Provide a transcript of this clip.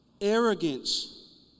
arrogance